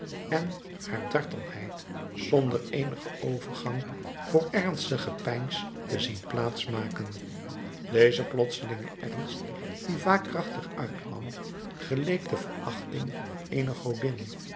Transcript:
en haar dartelheid zonder eenigen overgang voor ernstig gepeins te zien plaats maken deze plotselinge ernst die vaak krachtig uitkwam geleek de verachting eener godin